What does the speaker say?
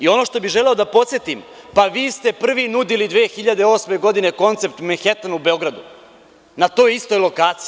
Ono što bih želeo da podsetim, pa vi ste prvi nudili 2008. godine koncept Menhetn u Beogradu, na toj istoj lokaciji.